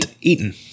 Eaten